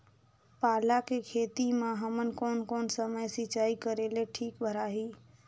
पाला के खेती मां हमन कोन कोन समय सिंचाई करेले ठीक भराही?